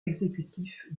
exécutif